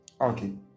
Okay